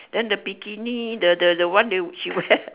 then the bikini the the the one that she wear